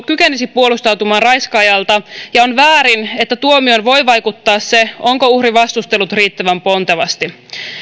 kykenisi puolustautumaan raiskaajalta ja on väärin että tuomioon voi vaikuttaa se onko uhri vastustellut riittävän pontevasti